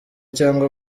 cyangwa